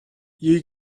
you